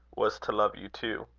was to love you too.